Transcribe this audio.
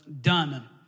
done